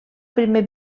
primer